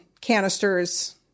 canisters